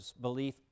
belief